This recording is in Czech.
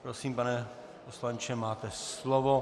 Prosím, pane poslanče, máte slovo.